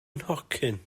nhocyn